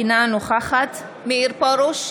אינה נוכחת מאיר פרוש,